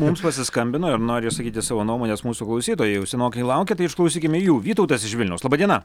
mums pasiskambino ir nori išsakyti savo nuomones mūsų klausytojai jau senokai laukia išklausykime jų vytautas iš vilniaus laba diena